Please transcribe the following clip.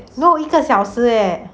一个小时 leh